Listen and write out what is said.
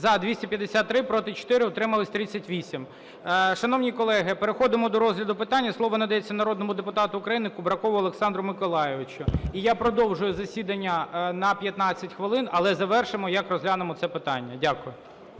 За-253 Проти – 4, утримались – 38. Шановні колеги, переходимо до розгляду питання. Слово надається народному депутату України Кубракову Олександру Миколайовичу. І я продовжую засідання на 15 хвилин, але завершимо, як розглянемо це питання. Дякую.